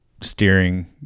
steering